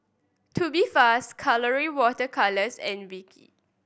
Tubifast Colora Water Colours and V